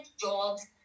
jobs